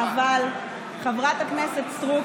אבל חברת הכנסת סטרוק,